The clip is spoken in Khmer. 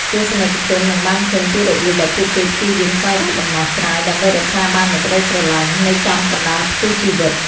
ទស្សនិកជននឹងបានឃើញពីរបៀបដែលពួកគេព្យាយាមស្វែងរកដំណោះស្រាយ ដើម្បីរក្សាបាននូវក្តីស្រឡាញ់នៅចំកណ្តាលព្យុះជីវិត។